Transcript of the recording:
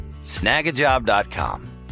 Snagajob.com